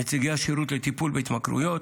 נציגי השירות לטיפול בהתמכרויות,